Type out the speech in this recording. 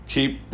Keep